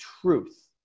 truth